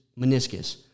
meniscus